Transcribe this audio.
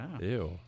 Ew